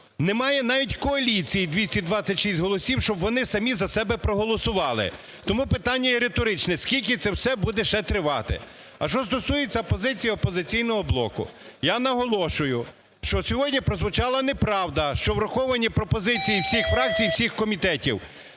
немає навіть коаліції 226 голосів, щоб вони самі за себе проголосували. Тому питання риторичне: скільки це все буде ще тривати? А що стосується позиції "Опозиційного блоку", я наголошую, що сьогодні прозвучала неправда, що враховані пропозиції всіх фракцій, всіх комітетів.